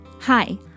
Hi